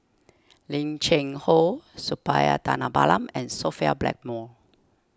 Lim Cheng Hoe Suppiah Dhanabalan and Sophia Blackmore